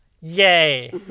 Yay